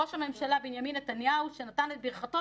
לראש הממשלה בנימין נתניהו שנתן את ברכתו,